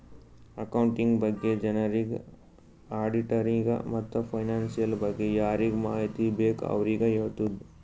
accounting ಬಗ್ಗೆ ಜನರಿಗ್, ಆಡಿಟ್ಟರಿಗ ಮತ್ತ್ ಫೈನಾನ್ಸಿಯಲ್ ಬಗ್ಗೆ ಯಾರಿಗ್ ಮಾಹಿತಿ ಬೇಕ್ ಅವ್ರಿಗ ಹೆಳ್ತುದ್